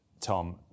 tom